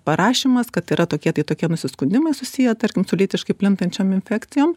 parašymas kad yra tokie tai tokie nusiskundimai susiję tarkim su lytiškai plintančiom infekcijom